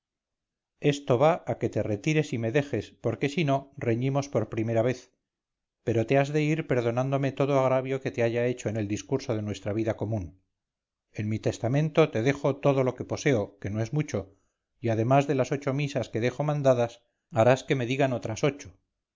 esto va a que te retires y me dejes porque si no reñimos por primera vez pero te has de ir perdonándome todo agravio que te haya hecho en el discurso de nuestra común vida en mi testamento te dejo todo lo que poseo que no es mucho y además de las ocho misas que dejo mandadas harás que me digan otras ocho